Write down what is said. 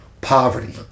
Poverty